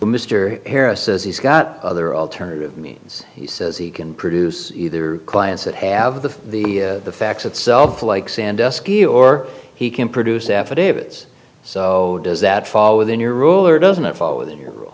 mr harris says he's got other alternative means he says he can produce either clients that have the the facts itself like sandusky or he can produce affidavits so does that fall within your rule or doesn't it follow that your